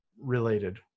related